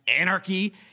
anarchy